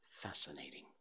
fascinating